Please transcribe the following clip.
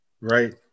Right